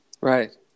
Right